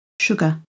Sugar